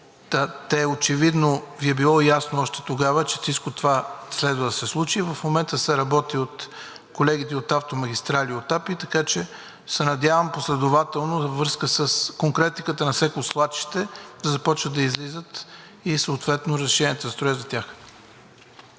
Очевидно Ви е било ясно още тогава, че всичко това следва да се случи. В момента се работи от колегите и от „Автомагистрали“, и от АПИ, така че се надявам последователно във връзка с конкретиката на всяко свлачище да започват да излизат съответно и разрешенията за строеж за тях.